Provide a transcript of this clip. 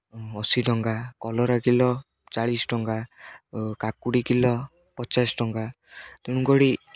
ଅଶୀ ଟଙ୍କା କଲରା କିଲୋ ଚାଳିଶ ଟଙ୍କା କାକୁଡ଼ି କିଲୋ ପଚାଶ ଟଙ୍କା ତେଣୁ କରି